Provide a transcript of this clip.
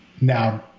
Now